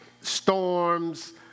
storms